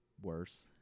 worse